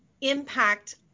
impact